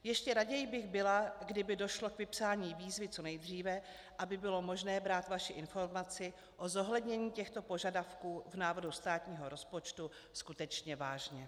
Ještě raději bych byla, kdyby došlo k vypsání výzvy co nejdříve, aby bylo možné brát vaši informaci o zohlednění těchto požadavků v návrhu státního rozpočtu skutečně vážně.